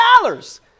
dollars